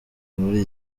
muri